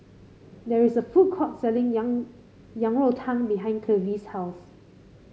there is a food court selling yang Yang Rou Tang behind Clevie's house